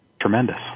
tremendous